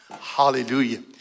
Hallelujah